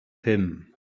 him